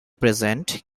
present